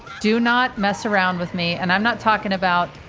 do not mess around with me. and i'm not talking about,